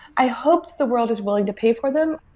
i hope the world is willing to pay for them.